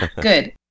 Good